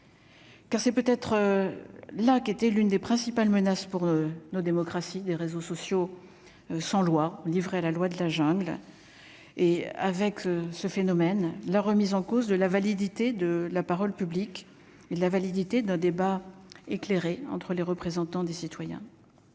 Car c'est peut être là, qui était l'une des principales menaces pour nos démocraties des réseaux sociaux sans loi, livrée à la loi de la jungle et avec ce phénomène, la remise en cause de la validité de la parole publique et la validité d'un débat éclairé entre les représentants des citoyens.